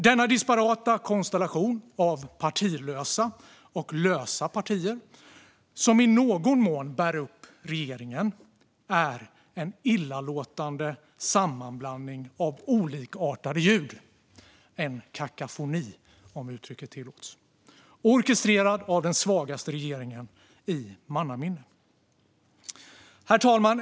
Denna disparata konstellation av partilösa och lösa partier som i någon mån bär upp regeringen är en illalåtande sammanblandning av olikartade ljud - en kakafoni, om uttrycket tillåts, orkestrerad av den svagaste regeringen i mannaminne. Herr talman!